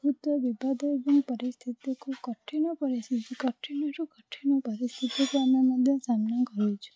ବହୁତ ବିବାଦ ଏବଂ ପରିସ୍ଥିତିକୁ କଠିନ ପରିସ୍ଥିତି କଠିନରୁ କଠିନ ପରିସ୍ଥିତିକୁ ଆମେ ମଧ୍ୟ ସାମ୍ନା କରିଛୁ